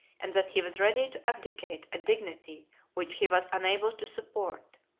and that he was ready to abdicate a dignity which he was unable to support.